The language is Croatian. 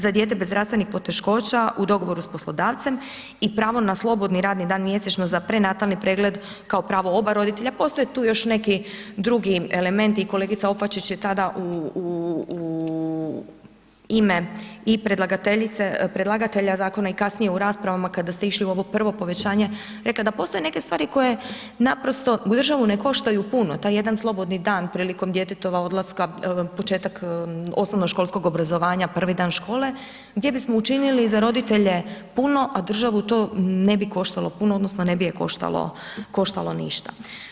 Za dijete bez zdravstvenih poteškoća u dogovoru s poslodavcem i pravo na slobodni radni dan mjesečno za prenatalni pregled kao pravo oba roditelja, postoje tu još neki drugi elementi, i kolegica Opačić je tada u ime i predlagateljice, predlagatelja zakona i kasnije u raspravama kada ste išli u ovo prvo povećanje rekla da postoje neke stvari koje naprosto državu ne koštaju puno, taj jedan slobodni dan prilikom djetetova odlaska, početak osnovnoškolskog obrazovanja, prvi dan škole, gdje bismo učinili za roditelje puno, a državu to ne bi koštalo puno odnosno ne bi je koštalo ništa.